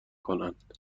کنند